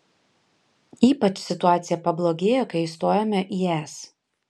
ypač situacija pablogėjo kai įstojome į es